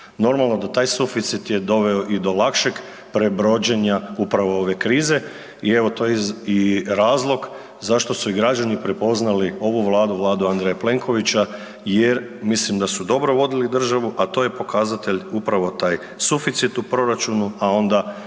Normalno da taj suficit je doveo i do lakšeg prebrođenja upravo ove krize i evo to je i razlog zašto su i građani prepoznali ovu Vladu, Vladu Andreja Plenkovića jer mislim da su dobro vodili državu, a to je pokazatelj upravo taj suficit u proračunu, a onda svaki